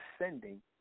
ascending